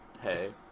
hey